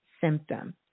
symptom